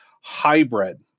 hybrid